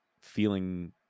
feeling